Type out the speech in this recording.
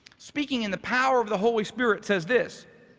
speaking in the power of the holy spirit says this,